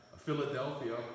Philadelphia